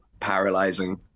paralyzing